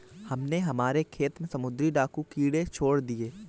हमने हमारे खेत में समुद्री डाकू कीड़े छोड़ दिए हैं